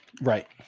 Right